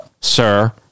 sir